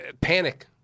panic